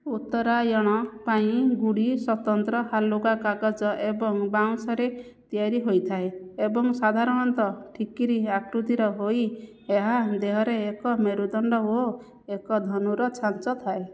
ଉତ୍ତରାୟଣ ପାଇଁ ଗୁଡ଼ି ସ୍ୱତନ୍ତ୍ର ହାଲୁକା କାଗଜ ଏବଂ ବାଉଁଶରେ ତିଆରି ହୋଇଥାଏ ଏବଂ ସାଧାରଣତଃ ଠିକିରି ଆକୃତିର ହୋଇ ଏହା ଦେହରେ ଏକ ମେରୁଦଣ୍ଡ ଓ ଏକ ଧନୁର ଛାଞ୍ଚ ଥାଏ